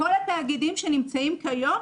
כל התאגידים שנמצאים כיום,